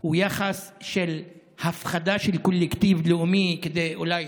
הוא יחס של הפחדה של קולקטיב לאומי, כי אולי